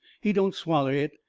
he don't swaller it.